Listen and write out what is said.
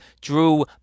Drew